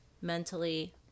mentally